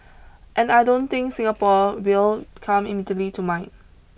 and I don't think Singapore will come immediately to mind